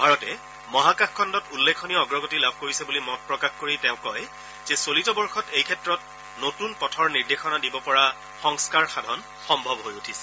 ভাৰতে মহাকাশ খণ্ডত উল্লেখনীয় অগ্ৰগতি লাভ কৰিছে বুলি মতপ্ৰকাশ কৰি তেওঁ কয় যে চলিত বৰ্যত এইক্ষেত্ৰত নতুন পথৰ নিৰ্দেশনা দিব পৰা সংস্কাৰ সাধন সম্ভৱ হৈ উঠিছে